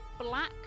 black